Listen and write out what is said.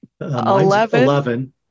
Eleven